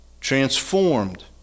transformed